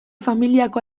familiako